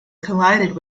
collided